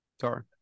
Sorry